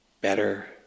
Better